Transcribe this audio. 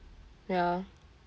ya